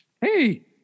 Hey